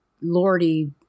lordy